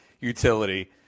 utility